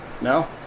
No